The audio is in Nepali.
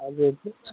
हजुर